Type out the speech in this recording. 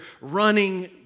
running